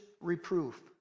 reproof